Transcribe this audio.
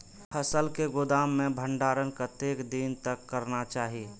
फसल के गोदाम में भंडारण कतेक दिन तक करना चाही?